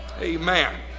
Amen